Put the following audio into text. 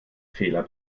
fehler